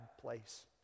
place